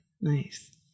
Nice